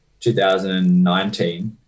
2019